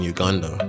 Uganda